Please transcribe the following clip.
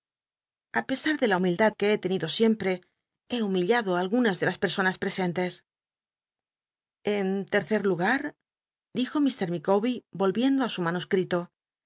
a pesar de la humildad que he tenido siempre he bumill ldo á algunas de las personas ji'cscntes en tercer lugar dijo h licawber yohicndo á su manuscrito